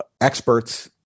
experts